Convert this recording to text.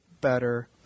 better